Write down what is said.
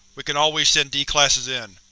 we can always send d-classes in.